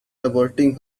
averting